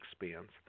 expands